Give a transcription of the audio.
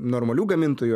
normalių gamintojų